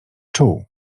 czuł